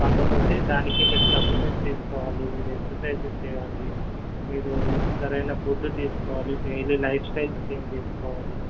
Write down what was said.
కాకపోతే దానికి మీకు సప్లిమెంట్స్ తీసుకోవాలి మీరు ఎక్సర్సైజ్ చేయాలి మీరు సరైన ఫుడ్డు తీసుకోవాలి డైలీ లైఫ్స్టైల్ చేంజ్ చేసుకోవాలి